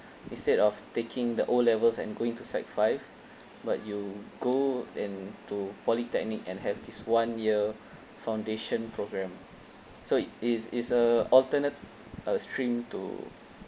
instead of taking the o levels and going to sec five but you go into polytechnic and have this one year foundation program so it's it's a alternate uh stream to